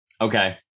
okay